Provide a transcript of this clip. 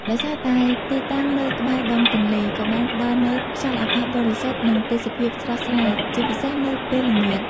ដោយសារតែទីតាំងនៅក្បែរដងទន្លេ ក៏បានផ្ដល់នូវខ្យល់អាកាសបរិសុទ្ធ និងទេសភាពស្រស់ស្រាយ ជាពិសេសនៅពេលល្ងាច។